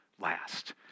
last